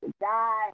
die